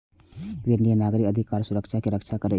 विनियम नागरिक अधिकार आ सुरक्षा के रक्षा करै छै